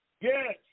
Yes